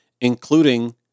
including